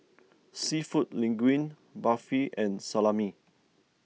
Seafood Linguine Barfi and Salami